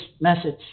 message